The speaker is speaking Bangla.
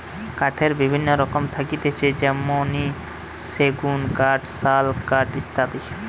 কাঠের বিভিন্ন রকম থাকতিছে যেমনি সেগুন কাঠ, শাল কাঠ ইত্যাদি